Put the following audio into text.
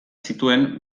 zituen